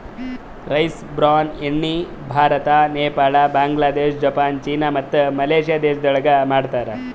rice bran ಎಣ್ಣಿ Bharat, Nepal, Bangladesh, Japan, China ಮತ್ತ Malaysia ದೇಶಗೊಳ್ದಾಗ್ ಮಾಡ್ತಾರ್